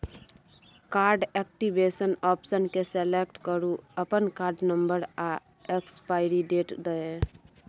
card activation option केँ select करु अपन कार्ड नंबर आ एक्सपाइरी डेट दए